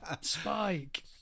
Spike